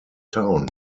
town